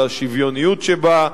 על השוויוניות שבה,